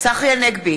צחי הנגבי,